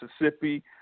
Mississippi